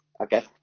Okay